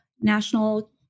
national